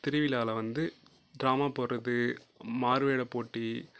திருவிழாவில் வந்து டிராமா போடுறது மாறுவேடப் போட்டி